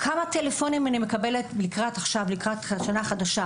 אני מקבלת המון טלפונים לקראת השנה החדשה.